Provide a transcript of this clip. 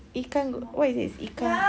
ikan what is this ikan